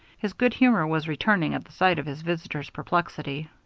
his good humor was returning at the sight of his visitor's perplexity.